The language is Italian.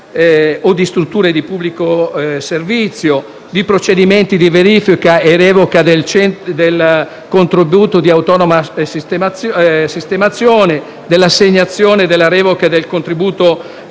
o di strutture pubbliche di servizio, di procedimenti di verifica e revoca del contributo per l'autonoma sistemazione (CAS), dell'assegnazione e della revoca del contributo